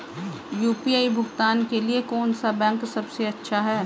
UPI भुगतान के लिए कौन सा बैंक सबसे अच्छा है?